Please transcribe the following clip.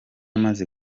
maze